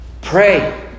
pray